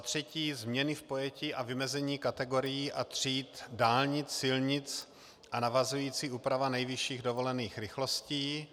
3. změny v pojetí a vymezení kategorií a tříd dálnic, silnic a navazující úprava nejvyšších dovolených rychlostí;